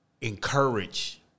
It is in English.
encourage